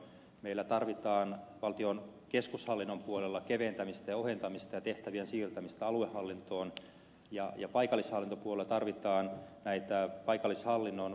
meillä tarvitaan valtion keskushallinnon puolella keventämistä ja ohentamista ja tehtävien siirtämistä aluehallintoon ja paikallishallintopuolella tarvitaan näitä paikallishallinnon palvelupisteitä kuntiin